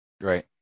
Right